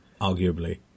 arguably